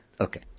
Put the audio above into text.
okay